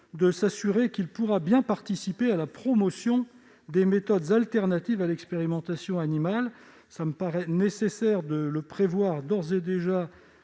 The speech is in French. de s'assurer que le centre national peut participer à la promotion des méthodes alternatives à l'expérimentation animale. Il me paraît nécessaire de le prévoir d'ores et déjà